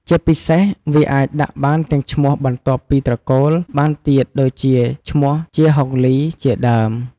ជាពិសេសវាអាចដាក់បានទាំងឈ្មោះបន្ទាប់ពីត្រកូលបានទៀតដូចជាឈ្មោះ ជា ហុងលី ជាដើម។